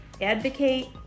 advocate